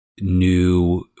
new